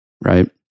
right